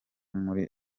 muri